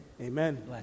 Amen